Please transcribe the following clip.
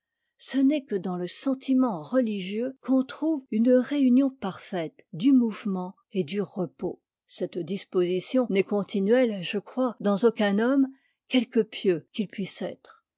ce n'est que dans le sentiment re'hgieux qu'on trouve une réunion parfaite du mou'vement et du repos cette disposition n'est con tinuelle je crois dans aucun homme quelque pieux qu'il puisse être